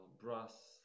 brass